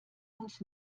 uns